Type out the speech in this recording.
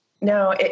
No